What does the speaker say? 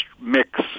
mix